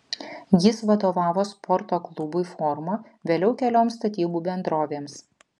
jis vadovavo sporto klubui forma vėliau kelioms statybų bendrovėms